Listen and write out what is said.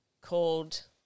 called